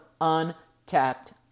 untapped